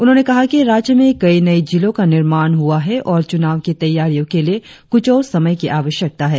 उन्होंने कहा कि राज्य में कई नई जिलों का निर्माण हुआ है और चुनाव की तैयारियों के लिए कुछ और समय की आवश्यकता है